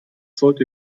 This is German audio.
sollte